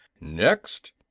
Next